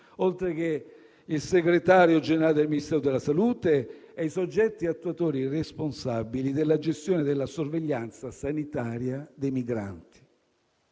oltre che il Segretario generale del Ministero della salute e i soggetti attuatori responsabili della gestione della sorveglianza sanitaria dei migranti.